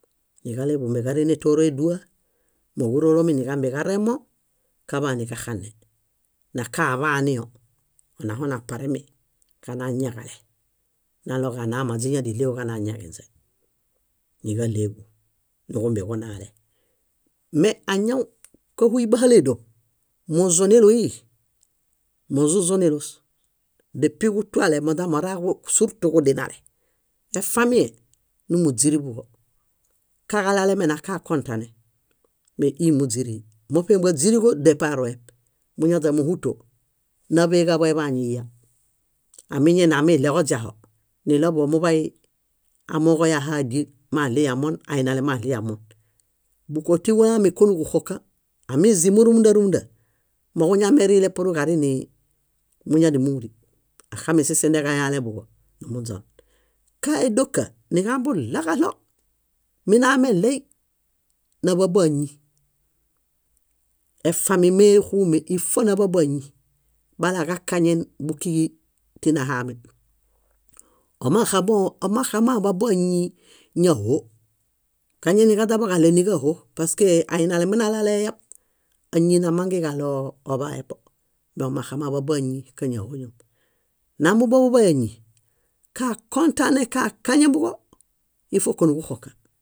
. Niġaleḃumbeġarine tóroedua, móġurolomi niġamḃeġaremo kaḃaniġaxane. Nakaḃaaniõ, onaho naparemi kana añaġale, naɭoġa onaman źíñadiɭeġuġana añaġinźe. Níġaɭeġu, niġumbeġunaale. Me añaw káhuy bahale édoṗ, muzunilui, muzuzunilus, depuġutuale moźamora surtuġudinale, nefamie nímuźiriḃuġo. Kaġalalemena kakõtane me íi múźirii. Moṗe máźiriġo deparuem, moñaźa móhuto, náḃeġaḃo eḃaan niyya. Amiñiniamiɭeġoźiaho, niɭoḃuġo muḃay amooġoi ahaa díel maɭiel yamon ainale maɭiel yamon. Búkotiġulaami kónixõka. Amizimu rúmunda rúmunda, móġuñameriile púr ġarinii muñadianimuri. Axamisisindẽġayalẽḃuġo numuźon. Ka édoka niġambullaġaɭo, minameɭey, náḃaboañi: efami méxuume, ífonaḃaboañi balaġakaŋen búkiġi tinahaami. Omaxaboo ómaxamaḃaboañi, ñáho. Kañainikaźaboġaɭey níġaho paske ainale minalaleyab, áñimangeġaɭoo oḃaebo. Me ómaxamaḃaboañi káñahoñom. Námuboḃubayañi, kakõtane, kakañeḃuġo, ifok níġuxõka